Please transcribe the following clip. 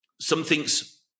something's